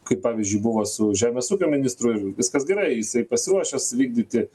kaip pavyzdžiui buvo su žemės ūkio ministru ir viskas gerai jisai pasiruošęs vykdyti